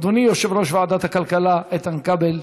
אדוני יושב-ראש ועדת הכלכלה איתן כבל,